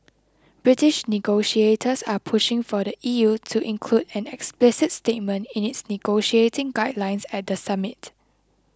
British negotiators are pushing for the E U to include an explicit statement in its negotiating guidelines at the summit